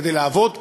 כדי לעבוד פה?